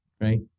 right